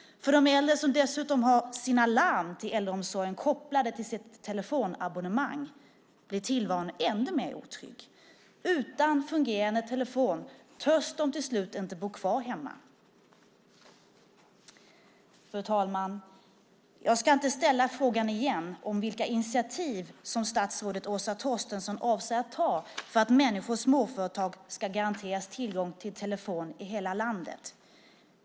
För de äldre som dessutom har sina larm till äldreomsorgen kopplade till sitt telefonabonnemang blir tillvaron ännu mer otrygg. Utan fungerande telefon törs de till slut inte bo kvar hemma. Fru talman! Jag ska inte ställa frågan igen om vilka initiativ som statsrådet Åsa Torstensson avser att ta för att människor och småföretag ska garanteras tillgång till telefon i hela landet.